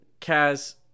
Kaz